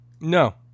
No